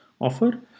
offer